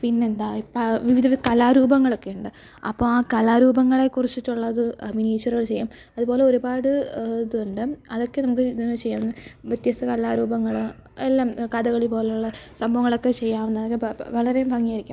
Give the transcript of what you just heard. പിന്നെന്താ ഇപ്പാ വിവിധ കലാരൂപങ്ങളൊക്കെയുണ്ട് അപ്പോള് ആ കലാരൂപങ്ങളെ കുറിച്ചിട്ടുള്ളത് മിനിയേച്ചറുകൾ ചെയ്യാം അതുപോലെ ഒരുപാട് ഇതുണ്ട് അതൊക്കെ നമുക്ക് ഇതിന് ചെയ്യാവുന്ന വ്യത്യസ്ത കലാരൂപങ്ങള് എല്ലാം കഥകളി പോലുള്ള സംഭവങ്ങളൊക്കെ ചെയ്യാവുന്ന വളരെ ഭംഗിയായിരിക്കും